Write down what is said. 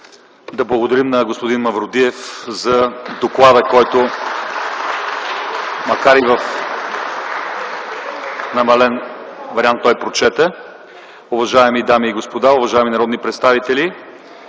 Да благодарим на господин Мавродиев за доклада, който той прочете макар и в намален вариант. Уважаеми дами и господа, уважаеми народни представители,